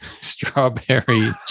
strawberry